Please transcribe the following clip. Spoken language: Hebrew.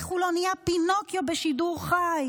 איך הוא לא נהיה פינוקיו בשידור חי.